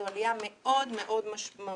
זו עלייה מאוד מאוד משמעותית